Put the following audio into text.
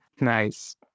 Nice